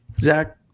Zach